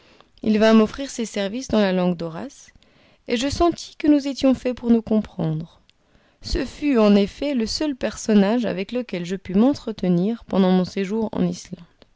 il vint m'offrir ses services dans la langue d'horace et je sentis que nous étions faits pour nous comprendre ce fut en effet le seul personnage avec lequel je pus m'entretenir pendant mon séjour en islande